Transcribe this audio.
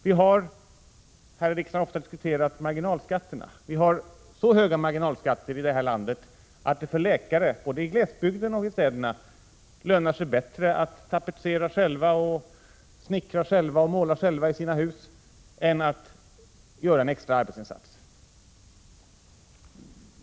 Vi har ofta diskuterat marginalskatterna. Vi har så höga marginalskatter att det för läkare — både i glesbygden och i städerna — lönar sig bättre att tapetsera själva, snickra och måla själva i sina hus än att göra en extra arbetsinsats.